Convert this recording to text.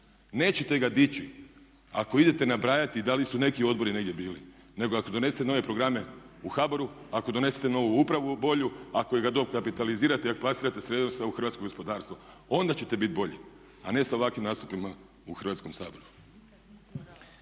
Nećete ga dići ako idete nabrajati da li su neki odbori negdje bili nego ako donesete nove programe u HBOR, ako donesete novu upravu bolju, ako ga dokapitalizirate i ako plasirate sredstva u hrvatsko gospodarstvo onda ćete biti bolji a ne sa ovakvih nastupima u Hrvatskom saboru.